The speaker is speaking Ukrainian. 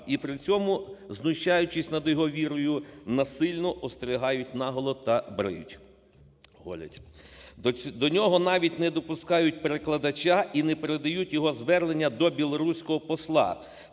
і при цьому, знущаючись над його вірою, насильно остригають наголо та бриють, голять. До нього навіть не допускають перекладача і не передають його звернення до білоруського посла.